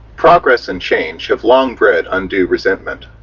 progress and change have long bread undue resentment.